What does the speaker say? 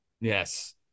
Yes